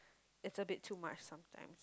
it's a bit too much sometime